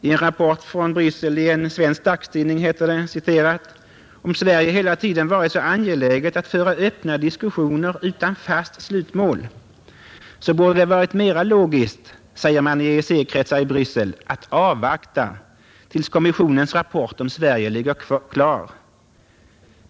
I en rapport från Bryssel i en svensk dagstidning heter det: ”Om Sverige hela tiden varit så angeläget att föra öppna diskussioner utan fast slutmål, så borde det varit mera logiskt, säger man i EEC-kretsar i Bryssel, att avvakta, tills kommissionens rapport om Sverige ligger klar.